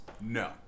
No